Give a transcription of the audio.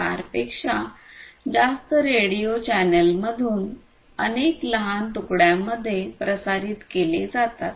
4 पेक्षा जास्त रेडिओ चॅनेलमधून अनेक लहान तुकड्यांमध्ये प्रसारित केले जातात